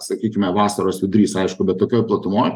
sakykime vasaros vidurys aišku bet tokioj platumoj